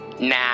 Nah